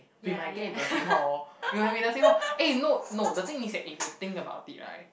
we might get into the same hall we might be in the same hall eh no no the thing is that if you think about it right